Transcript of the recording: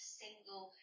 single